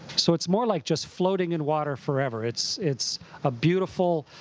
so it's more like just floating in water forever. it's it's a beautiful